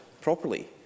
properly